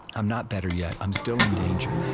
i'm not better yet. i'm still in danger.